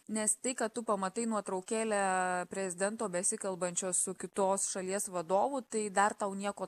nes tai kad tu pamatai nuotraukėlę prezidento besikalbančio su kitos šalies vadovu tai dar tau nieko